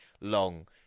long